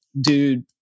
dude